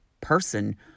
person